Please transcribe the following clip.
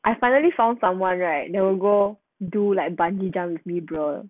I finally found someone right that will go do like bungee jump with me bro